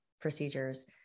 procedures